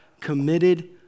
committed